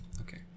okay